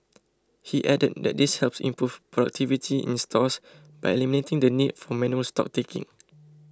he added that this helps improve productivity in stores by eliminating the need for manual stock taking